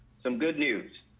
some good news.